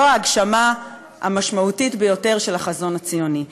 זו ההגשמה המשמעותית ביותר של החזון הציוני.